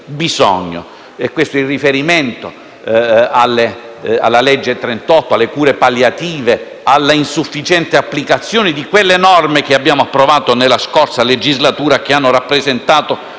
bisogno. È questo il riferimento alla legge n. 38 del 2010, alle cure palliative, all'insufficiente applicazione di quelle norme, che abbiamo approvato nella scorsa legislatura, che hanno rappresentato